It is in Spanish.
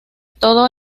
todo